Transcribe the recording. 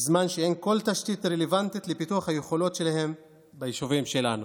בזמן שאין כל תשתית רלוונטית לפיתוח היכולות שלהם ביישובים שלנו.